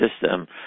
system